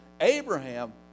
Abraham